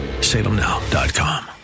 Salemnow.com